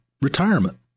retirement